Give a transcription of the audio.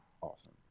awesome